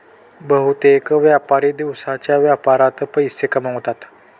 बहुतेक व्यापारी दिवसाच्या व्यापारात पैसे गमावतात